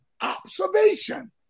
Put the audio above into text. observation